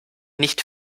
nicht